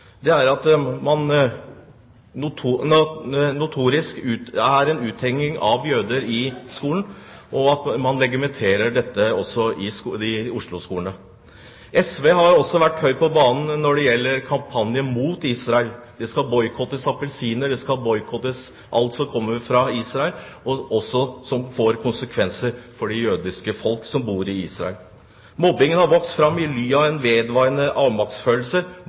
er at det er en notorisk uthenging av jøder i skolen, og at man legitimerer dette i Oslo-skolene. SV har også vært høyt på banen når det gjelder kampanjer mot Israel. Det skal boikottes appelsiner – alt som kommer fra Israel, skal boikottes, noe som også får konsekvenser for det jødiske folk som bor i Israel. Mobbingen har vokst fram i ly av en vedvarende avmaktsfølelse